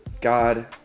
God